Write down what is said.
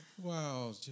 Wow